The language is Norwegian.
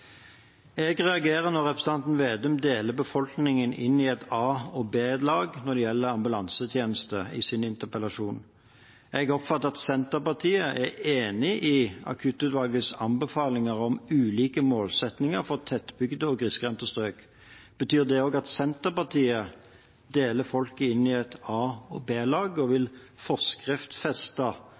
Jeg reagerer når representanten Slagsvold Vedum i sin interpellasjon deler befolkningen inn i et a-lag og et b-lag når det gjelder ambulansetjeneste. Jeg oppfatter at Senterpartiet er enig i akuttutvalgets anbefalinger om ulike målsettinger for tettbygde strøk og for grisgrendte strøk. Betyr det også at Senterpartiet deler folket inn i et a-lag og et b-lag, og vil